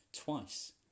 Twice